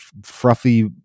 fruffy